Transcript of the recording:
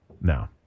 now